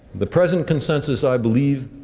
the present consensus, i believe,